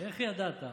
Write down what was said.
איך ידעת?